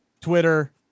Twitter